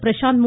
Prashanth மு